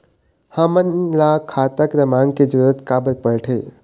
हमन ला खाता क्रमांक के जरूरत का बर पड़थे?